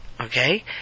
Okay